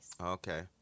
Okay